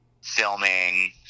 filming